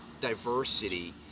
diversity